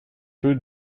peu